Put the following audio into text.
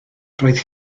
roedd